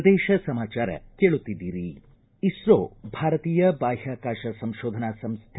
ಪ್ರದೇಶ ಸಮಾಚಾರ ಕೇಳುತ್ತಿದ್ದೀರಿ ಇಸ್ತೋ ಭಾರತೀಯ ಬಾಹ್ಕಾಕಾಶ ಸಂಶೋಧನಾ ಸಂಸ್ಥೆ